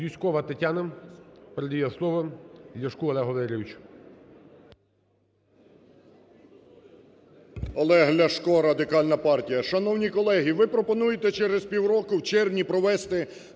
Юзькова Тетяна передає слово Ляшку Олегу Валерійовичу.